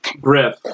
Griff